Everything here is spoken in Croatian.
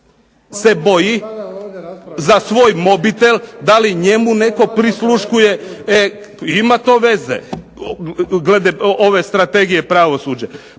se boji za tvoj mobitel da li njemu netko prisluškuje, e ima to veze glede ove Strategije pravosuđa.